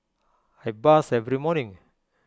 I bathe every morning